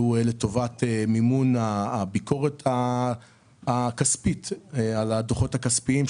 לטובת מימון הביקורת הכספית על הדוחות הכספיים,